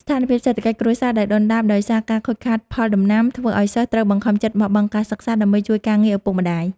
ស្ថានភាពសេដ្ឋកិច្ចគ្រួសារដែលដុនដាបដោយសារការខូចខាតផលដំណាំ ធ្វើឱ្យសិស្សត្រូវបង្ខំចិត្តបោះបង់ការសិក្សាដើម្បីជួយការងារឪពុកម្តាយ។